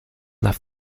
left